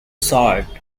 sort